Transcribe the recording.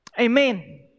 Amen